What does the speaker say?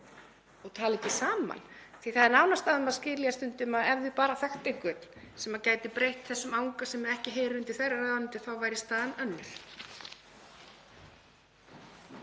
og tali ekki saman. Það er nánast á þeim að skilja stundum að ef þau bara þekktu einhvern sem gæti breytt þessum anga sem ekki heyrir undir þeirra ráðuneyti þá væri staðan önnur.